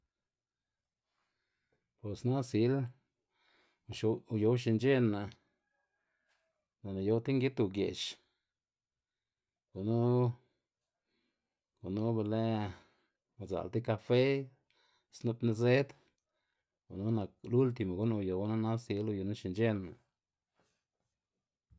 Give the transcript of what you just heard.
Bos nasil uyowxinc̲h̲ená, lë'ná uyow tib ngid ugë'x gunu gunu be lë udza'l ti kafe snu'p nezed gunu nak lultimo gu'n uyowná nasil uyuxinc̲h̲enná.